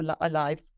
alive